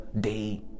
day